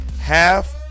Half